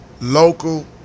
local